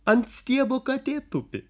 ant stiebo katė tupi